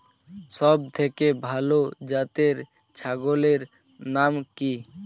সবথেকে ভালো জাতের ছাগলের নাম কি?